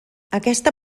aquesta